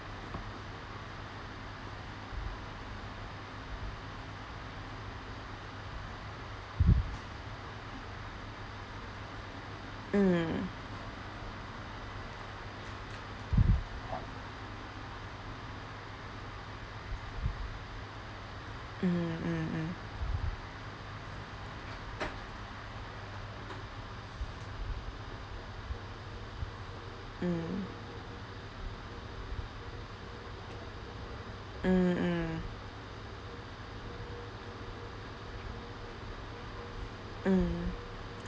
mm mm mm mm mm mm mm mm